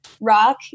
rock